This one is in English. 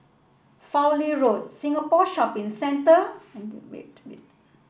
Fowlie Road Singapore Shopping Centre and